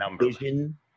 vision